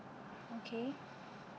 okay